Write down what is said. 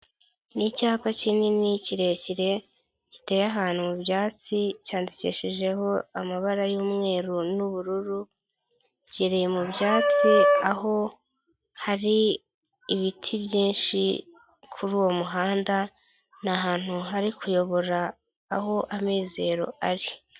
Ni icyapa kinini kirekire giteye ahantu mu byatsi cyandikishijeho amabara y'umweru n'ubururu kiri mu byatsi aho hari ibiti byinshi kuri uwo muhanda ni ahantu hari kuyobora aho amizero ari.